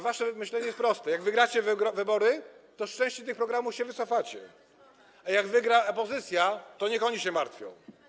Wasze myślenie jest proste: jak wygracie wybory, to z części tych programów się wycofacie, a jak wygra opozycja, to niech ona się martwi.